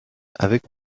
avec